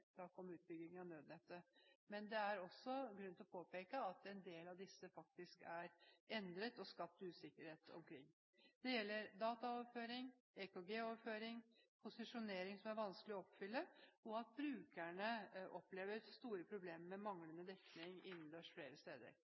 om utbygging av nødnettet, men det er også grunn til å påpeke at en del av disse premissene faktisk er endret og har skapt usikkerhet. Det gjelder dataoverføring, EKG-overføring og posisjonering som er vanskelig å oppfylle, og at brukerne flere steder opplever store problemer med manglende dekning innendørs.